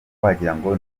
wagirango